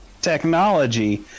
technology